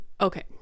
Okay